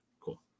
cool